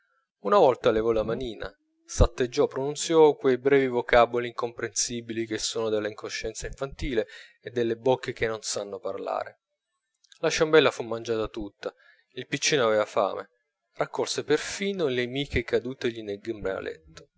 una volta levò la manina s'atteggiò pronunziò quei brevi vocaboli incomprensibili che sono della incoscienza infantile e delle bocche che non sanno parlare la ciambella fu mangiata tutta il piccino aveva fame raccolse perfino le miche cadutegli nel